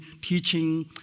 teaching